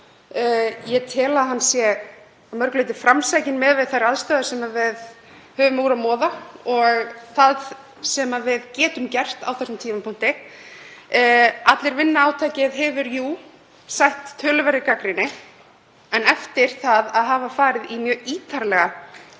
Ég tel að hann sé að mörgu leyti framsækinn miðað við þær aðstæður sem við höfum úr að moða og það sem við getum gert á þessum tímapunkti. Allir vinna átakið hefur jú sætt töluverðri gagnrýni en eftir að hafa farið í mjög ítarlega